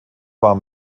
war